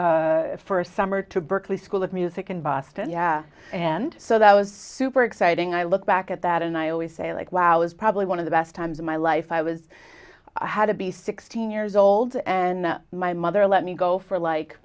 for summer to berklee school of music in boston yeah and so that was super exciting i look back at that and i always say like wow is probably one of the best times of my life i was how to be sixteen years old and my mother let me go for like